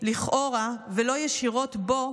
לכאורה ולא ישירות בו,